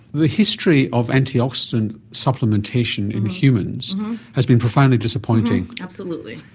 the history of antioxidant supplementation in humans has been profoundly disappointing. absolutely.